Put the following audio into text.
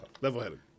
Level-headed